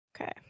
Okay